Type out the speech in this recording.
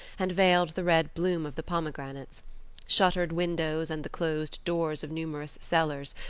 and veiled the red bloom of the pomegranates shuttered windows and the closed doors of numerous cellars,